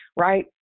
Right